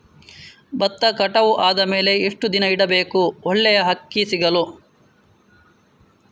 ಭತ್ತ ಕಟಾವು ಆದಮೇಲೆ ಎಷ್ಟು ದಿನ ಇಡಬೇಕು ಒಳ್ಳೆಯ ಅಕ್ಕಿ ಸಿಗಲು?